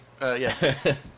Yes